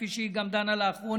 כפי שהיא גם דנה לאחרונה,